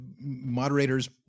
moderator's